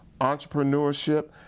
entrepreneurship